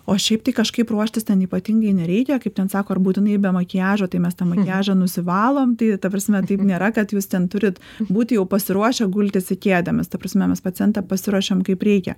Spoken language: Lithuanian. o šiaip tai kažkaip ruoštis ten ypatingai nereikia kaip ten sako būtinai be makiažo tai mes tą makiažą nusivalom tai ta prasme taip nėra kad jūs ten turit būti jau pasiruošę gultis į kėdę mes ta prasme mes pacientą pasiruošiam kaip reikia